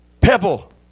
pebble